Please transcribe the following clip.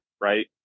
right